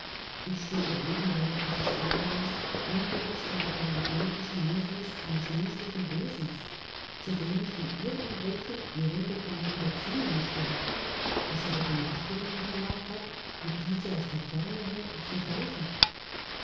ich stünde eben während dieses vorganges unbewußt unter dem magnetischen einfluß eines menschlichen wesens zu dem ich in irgendwelchen mir unbekannten beziehungen stehe das aber die macht über mich erlangt hat und diese aus der ferne her auf mich ausübt